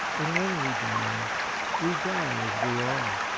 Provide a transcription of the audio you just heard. and when we die we die as we are.